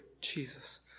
Jesus